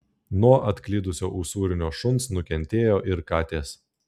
nuo atklydusio usūrinio šuns nukentėjo ir katės